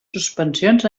suspensions